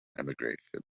emigration